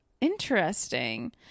interesting